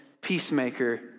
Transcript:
peacemaker